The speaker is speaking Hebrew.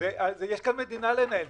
יש כאן מדינה לנהל.